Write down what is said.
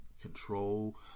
control